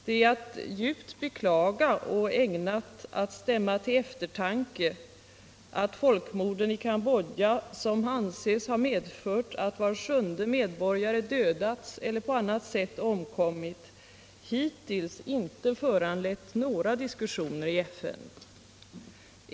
Det är att djupt beklaga och ägnat att stämma till eftertanke att folkmorden i Cambodja, som anses ha medfört att var sjunde medborgare dödats eller på annat sätt omkommit hittills inte föranlett Nr 70 några diskussioner i FN.